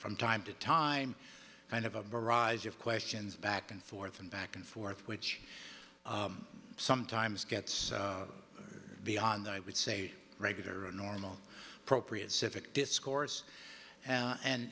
from time to time kind of a barrage of questions back and forth and back and forth which sometimes gets beyond that i would say regular a normal appropriate civic discourse